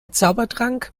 zaubertrank